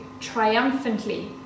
triumphantly